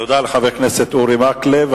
תודה לחבר הכנסת אורי מקלב.